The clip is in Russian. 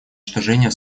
уничтожения